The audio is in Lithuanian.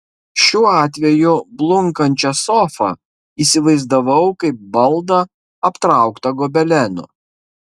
šiuo atveju blunkančią sofą įsivaizdavau kaip baldą aptrauktą gobelenu